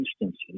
instances